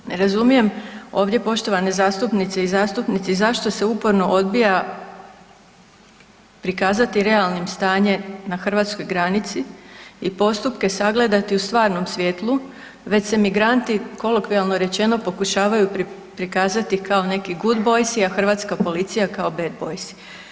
Ne razumijem ovdje poštovane zastupnice i zastupnici zašto se uporno odbija prikazati realnim stanje na hrvatskoj granici i postupke sagledati u stvarnom svijetlu već se migranti kolokvijalno rečeno pokušavaju prikazati kao neki good boysi, a hrvatska policija kao bed boysi.